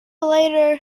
later